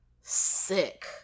Sick